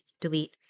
delete